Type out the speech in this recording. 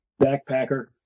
backpacker